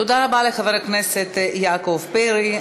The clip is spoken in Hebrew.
תודה רבה לחבר הכנסת יעקב פרי.